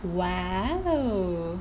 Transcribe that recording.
!wow!